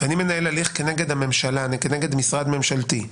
ואני מנהל הליך כנגד הממשלה, כנגד משרד ממשלתי,